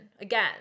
again